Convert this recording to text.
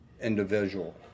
individual